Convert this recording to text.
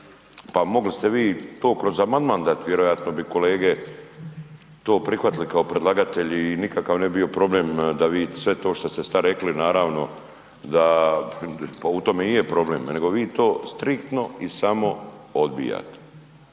Pa mogli ste vi to kroz amandman dat, vjerovatno bi kolege to prihvatili kao predlagatelji i nikakav ne bi bio problem da vi sve to što ste sad rekli naravno da pa u tome u je problem nego vi to striktno i samo odbijate